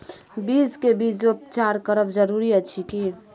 बीज के बीजोपचार करब जरूरी अछि की?